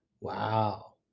wow